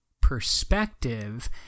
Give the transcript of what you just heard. perspective